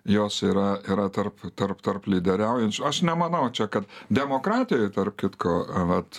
jos yra yra tarp tarp tarp lyderiaujančių aš nemanau čia kad demokratijoj tarp kitko vat